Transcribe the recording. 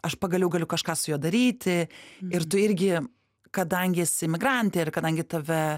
aš pagaliau galiu kažką su juo daryti ir tu irgi kadangi esi imigrantė ir kadangi tave